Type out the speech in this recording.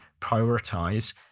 prioritize